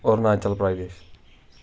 Arunachal Pradesh